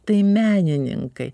tai menininkai